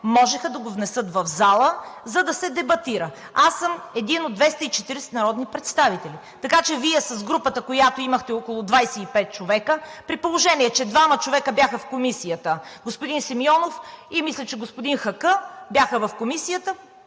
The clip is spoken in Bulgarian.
можеха да го внесат в залата, за да се дебатира. Аз съм един от 240-те народни представители. Така че групата, която имахте – около 25 човека, при положение че двама човека бяха в Комисията – господин Симеонов и господин Хаккъ – по памет